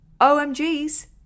OMGs